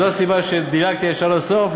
וזו הסיבה שדילגתי ישר לסוף,